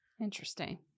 Interesting